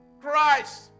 Christ